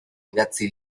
idatzi